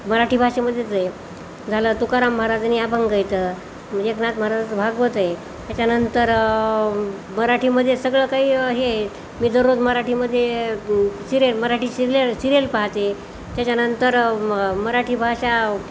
मराठी भाषेमध्येच आहे झालं तुकाराम महाराजानी अभंग येतं एकनाथ महाराजांचं भागवत आहे त्याच्यानंतर मराठीमध्ये सगळं काही हे आहे मी दररोज मराठीमध्ये सिरियल मराठी सिरल सिरियल पाहाते त्याच्यानंतर म मराठी भाषा